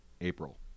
April